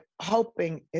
hoping